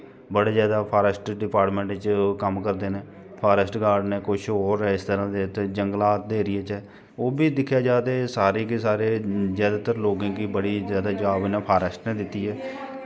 बड़े ज्यादा forest department च कम्म करदे न फारैस्ट गार्ड न कुछ होर इस तरह् दे जंगलात दे एरिये च ओह् बी दिक्खेआ जा ते सारे दे सारे ज्यादातर लोकें गी बड़ी ज्यादा जाब इ'न्नै फारेस्ट ने दित्ती ऐ